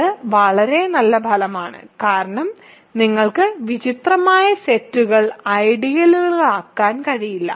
ഇത് വളരെ നല്ല ഫലമാണ് കാരണം നിങ്ങൾക്ക് വിചിത്രമായ സെറ്റുകൾ ഐഡിയലുകളാകാൻ കഴിയില്ല